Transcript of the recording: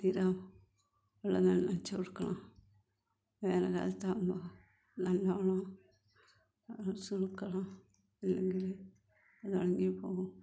ദിനവും വെള്ളം നനച്ചുകൊടുക്കണം വേനല്ക്കാലത്താവുമ്പോൾ നല്ലവണ്ണം നനച്ച് കൊടുക്കണം അല്ലെങ്കിൽ അത് ഉണങ്ങിപ്പോവും